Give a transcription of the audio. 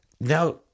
now